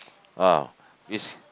ah is